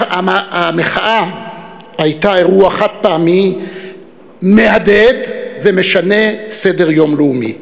המחאה הייתה אירוע חד-פעמי מהדהד ומשנה סדר-יום לאומי.